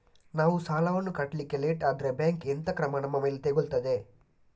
ನಾವು ಸಾಲ ವನ್ನು ಕಟ್ಲಿಕ್ಕೆ ಲೇಟ್ ಆದ್ರೆ ಬ್ಯಾಂಕ್ ಎಂತ ಕ್ರಮ ನಮ್ಮ ಮೇಲೆ ತೆಗೊಳ್ತಾದೆ?